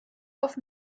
auf